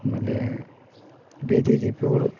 ಆಮೇಲೆ ಬೀದಿ ದೀಪಗಳು